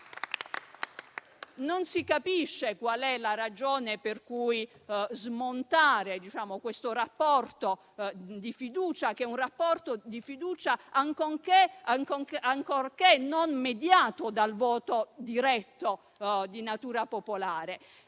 Non si capisce qual è la ragione per cui smontare questo rapporto di fiducia che è un rapporto di fiducia, ancorché non mediato dal voto diretto di natura popolare.